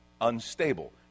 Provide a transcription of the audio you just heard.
unstable